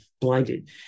blinded